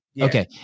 Okay